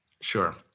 Sure